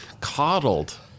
coddled